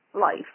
life